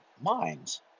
minds